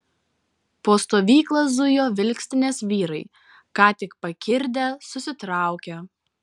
po stovyklą zujo vilkstinės vyrai ką tik pakirdę susitraukę